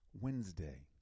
Wednesday